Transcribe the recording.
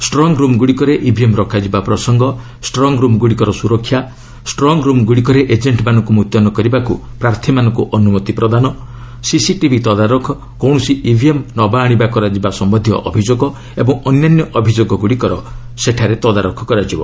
strong ରୁମ୍ଗୁଡ଼ିକରେ EVM ରଖାଯିବା ପ୍ରସଙ୍ଗ ଷ୍ଟ୍ରଙ୍ଗ୍ ରୁମ୍ଗୁଡ଼ିକର ସୁରକ୍ଷା ଷ୍ଟ୍ରାଙ୍ଗ୍ ରୁମ୍ଗୁଡ଼ିକରେ ଏଜେଣ୍ଟ୍ମାନଙ୍କୁ ମୁତୟନ କରିବାକୁ ପ୍ରାର୍ଥୀମାନଙ୍କୁ ଅନୁମତି ପ୍ରଦାନ ସିସିଟିଭି ତଦାରଖ କୌଣସି ଇଭିଏମ୍ ନବା ଆଶିବା କରାଯିବା ସମ୍ଭନ୍ଧୀୟ ଅଭିଯୋଗ ଓ ଅନ୍ୟାନ୍ୟ ଅଭିଯୋଗଗୁଡ଼ିକର ଏଠାରେ ତଦାରଖ କରାଯିବ